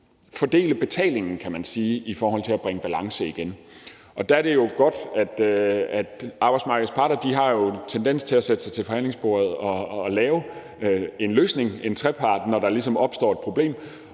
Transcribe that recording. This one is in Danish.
fordele betalingen, kan man sige, i forhold til at bringe balance i det igen. Der er det jo godt, at arbejdsmarkedets parter har en tendens til at sætte sig til forhandlingsbordet og lave en løsning, en trepartsaftale, når der ligesom opstår et problem.